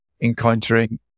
encountering